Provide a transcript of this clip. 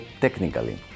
technically